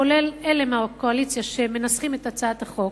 כולל אלה מהקואליציה שמנסחים את הצעת החוק